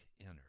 entered